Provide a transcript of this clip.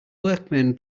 workman